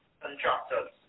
contractors